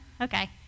okay